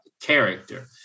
character